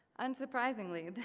unsurprisingly,